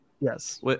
Yes